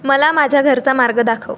मला माझ्या घरचा मार्ग दाखव